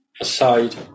aside